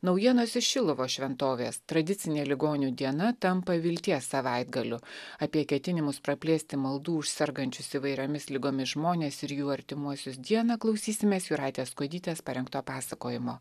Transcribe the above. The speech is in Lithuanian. naujienose iš šiluvos šventovės tradicinė ligonių diena tampa vilties savaitgaliu apie ketinimus praplėsti maldų už sergančius įvairiomis ligomis žmones ir jų artimuosius dieną klausysimės jūratės kuodytės parengto pasakojimo